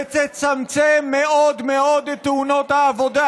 ותצמצם מאוד מאוד את תאונות העבודה: